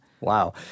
Wow